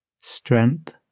strength